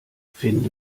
finde